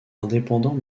indépendant